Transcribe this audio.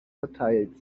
verteilt